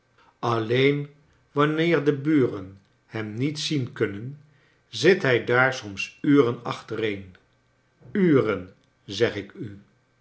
alleen wanneer de buren hem niet zien kunnen zit hij daar soms uren achtereen uren zeg ik u